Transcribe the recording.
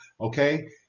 Okay